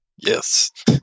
Yes